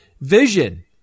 vision